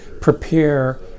prepare